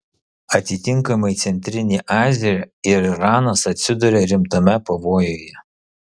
atitinkamai centrinė azija ir iranas atsiduria rimtame pavojuje